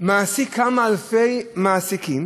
מעסיק כמה אלפי עוסקים,